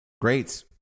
Great